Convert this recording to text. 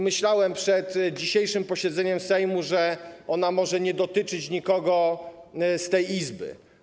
Myślałem przed dzisiejszym posiedzeniem Sejmu, że ona może nie dotyczyć nikogo z tej Izby.